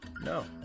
no